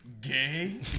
Gay